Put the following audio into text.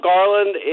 Garland